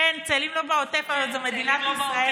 כן, צאלים לא בעוטף, אבל זו מדינת ישראל.